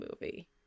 movie